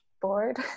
Bored